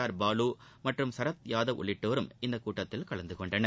R Balu மற்றும் சரத் யாதவ் உள்ளிட்டோரும் இந்தக் கூட்டத்தில் கலந்து கொண்டனர்